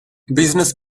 business